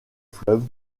fleuves